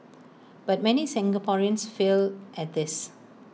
but many Singaporeans fail at this